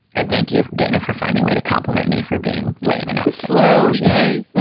and thank you, dana, for finding way to compliment me for being lame enough slow. hey,